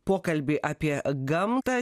pokalbį apie gamtą